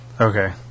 Okay